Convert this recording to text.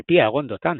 על פי אהרון דותן,